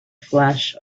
flash